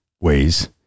ways